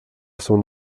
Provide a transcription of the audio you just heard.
son